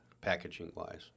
packaging-wise